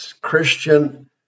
Christian